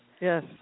Yes